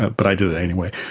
but but i did it anyway.